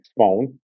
phone